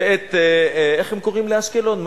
ואת, איך הם קוראים לאשקלון?